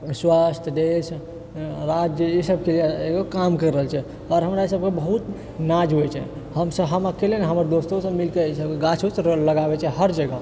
स्वास्थ देश राज्य ई सबकेँ एगो काम करि रहल छिऐ आर हमरा सबकेँ बहुत नाज होइ छै हम सब हम अकेले नहि हमर दोस्तो सब मिलके गाछ उछ लगाबै छै हर जगह